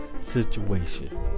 situation